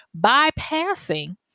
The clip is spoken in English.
bypassing